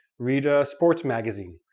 read a sports magazine.